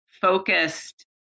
focused